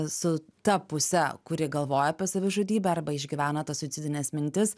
su ta puse kuri galvoja apie savižudybę arba išgyvena tas suicidines mintis